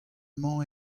mañ